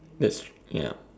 it's ya